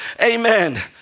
Amen